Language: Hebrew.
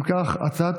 אם כך,